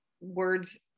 words